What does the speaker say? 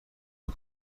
این